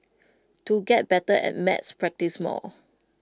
to get better at maths practise more